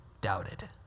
doubted